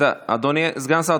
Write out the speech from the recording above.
אדוני סגן השר,